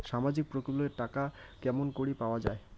সামাজিক প্রকল্পের টাকা কেমন করি পাওয়া যায়?